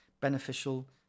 beneficial